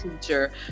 teacher